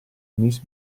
miss